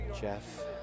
Jeff